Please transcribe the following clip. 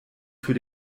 für